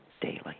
daily